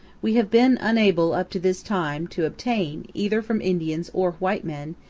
we have been unable up to this time to obtain, either from indians or white men,